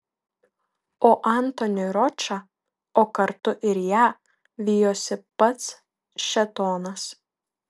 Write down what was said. o antonį ročą o kartu ir ją vijosi pats šėtonas